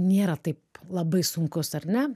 nėra taip labai sunkus ar ne